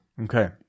Okay